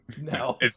No